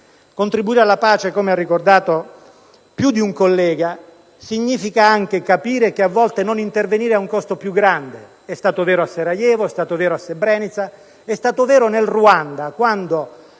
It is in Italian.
Contribuire alla pace, come ha ricordato più di un collega, significa anche capire che a volte non intervenire ha un costo più grande: è stato vero a Sarajevo, è stato vero a